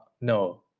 no